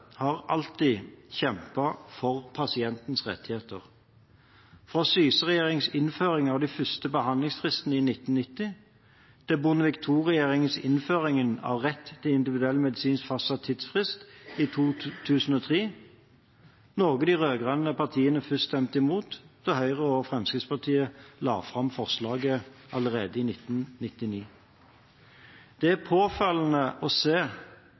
har alltid kjempet for pasientens rettigheter, fra Syse-regjeringens innføring av de første behandlingsfristene i 1990 til Bondevik II-regjeringens innføring av rett til individuell medisinsk fastsatt tidsfrist i 2003, noe de rød-grønne partiene først stemte imot da Høyre og Fremskrittspartiet la fram forslaget allerede i 1999. Det er påfallende å se